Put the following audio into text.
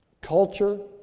culture